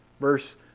verse